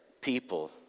people